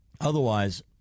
Otherwise